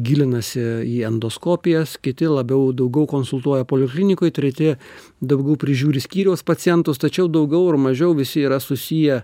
gilinasi į endoskopijas kiti labiau daugiau konsultuoja poliklinikoj treti daugiau prižiūri skyriaus pacientus tačiau daugiau ar mažiau visi yra susiję